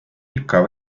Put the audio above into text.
ikka